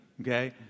Okay